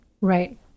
right